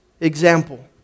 example